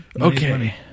Okay